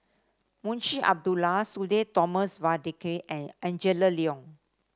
Munshi Abdullah Sudhir Thomas Vadaketh and Angela Liong